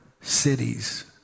cities